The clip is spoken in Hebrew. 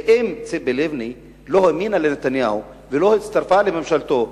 ואם ציפי לבני לא האמינה לנתניהו ולא הצטרפה לממשלתו,